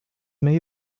may